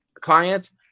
clients